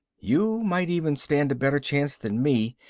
you might even stand a better chance than me,